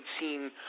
seen